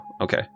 okay